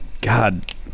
God